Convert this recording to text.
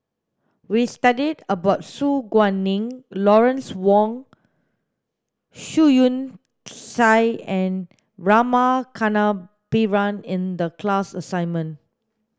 we studied about Su Guaning Lawrence Wong Shyun Tsai and Rama Kannabiran in the class assignment